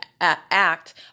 act